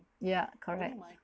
ya correct